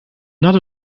not